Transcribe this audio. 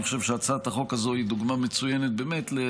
אני חושב שהצעת החוק הזו היא דוגמה מצוינת לעבודה